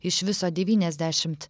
iš viso devyniasdešimt